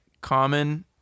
common